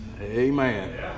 Amen